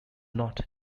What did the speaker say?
not